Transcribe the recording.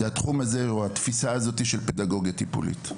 התחום הזה או התפיסה הזאת של פדגוגיה טיפולית.